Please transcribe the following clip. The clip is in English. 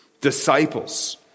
disciples